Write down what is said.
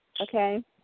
okay